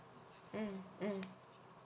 mm mm